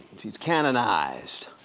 she was canonized.